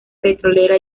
petrolera